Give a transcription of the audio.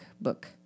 book